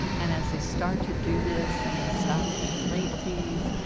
and as they start to do this and they stop paying late fees,